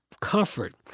comfort